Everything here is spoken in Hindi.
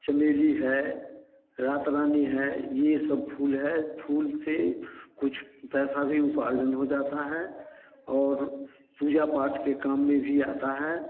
चमेली है रातरानी है ये सब फूल है फूल से कुछ पैसा भी उपार्जन भी हो जाता है और पूजा पाठ के काम में भी आता है